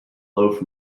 loaf